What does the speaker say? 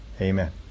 Amen